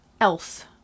else